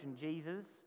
Jesus